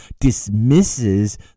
dismisses